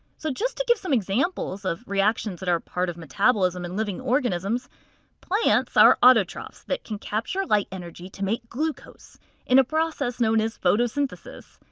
so just to give some examples of reactions that are part of metabolism in living organisms plants are autotrophs and can capture light energy to make glucose in a process known as photosynthesis.